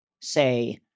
say